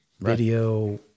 video